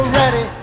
ready